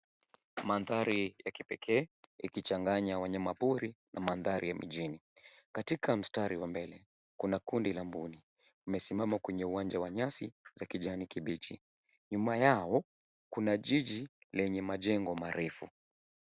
Mandhari ya kipekee ikichanganya wanyamapori na mandhari ya mijini. Katika mstari wa mbele kuna kundi la mbuni. Wamesimama kwenye uwanja wa nyasi za kijani kibichi. Nyuma yao kuna jiji lenye majengo marefu.